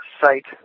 site